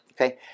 okay